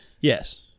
yes